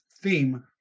theme